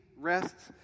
rests